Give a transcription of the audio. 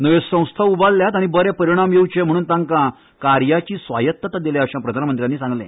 नव्यो संस्था उबारल्यात आनी बरे परीणाम येवचे म्हण तांका कार्याची स्वायत्तता दिल्या अशें प्रधानमंत्र्यांनी सांगले